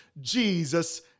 Jesus